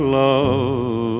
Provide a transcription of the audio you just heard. love